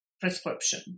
prescription